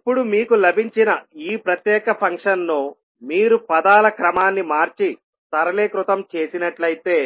ఇప్పుడు మీకు లభించిన ఈ ప్రత్యేక ఫంక్షన్ కు మీరు ఈ పదాల క్రమాన్ని మార్చి సరళీకృతం చేసినట్లయితే